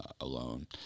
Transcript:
alone